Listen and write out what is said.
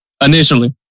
Initially